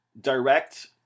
Direct